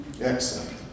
Excellent